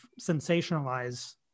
sensationalize